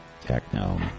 Techno